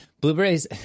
blueberries